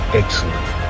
excellent